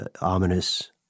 ominous